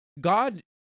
God